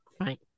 right